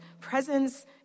presence